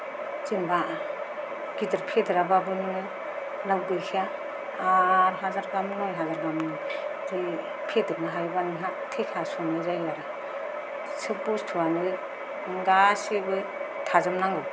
जेनबा गिदिर फेदेराबाबो नोङो लाब गैखाया आरो हाजार गाहाम नय हाजार गाहाम बिदि फेदेरनो हायोबा नोंहा थेखा संनाय जायो आरो सोब बस्तुआनो नों गासैबो थाजोबनांगौ